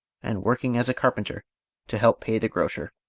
and working as a carpenter to help pay the grocer.